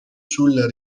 sulla